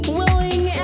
willing